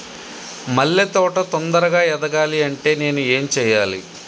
మల్లె తోట తొందరగా ఎదగాలి అంటే నేను ఏం చేయాలి?